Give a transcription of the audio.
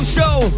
Show